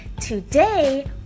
Today